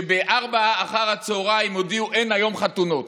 כשב-16:00 הודיעו: אין היום חתונות.